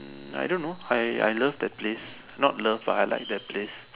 hmm I don't know I I love that place not love but I like that place